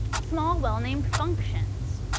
small, well named functions.